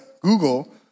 Google